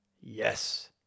Yes